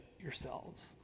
yourselves